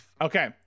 Okay